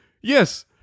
Yes